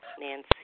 Nancy